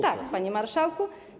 Tak, panie marszałku.